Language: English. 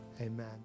Amen